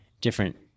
different